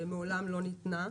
דבר שמעולם לא ניתן.